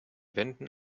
wenden